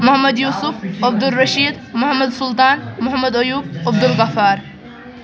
Mohammad Yousuf Abdul Rashid Mohammad Sultan Mohammad Ayoub Abdul Ghaffar